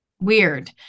Weird